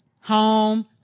Home